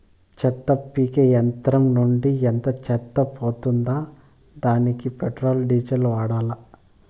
చెత్త పీకే యంత్రం నుండి అంతా చెత్త పోతుందా? దానికీ పెట్రోల్, డీజిల్ వాడాలా?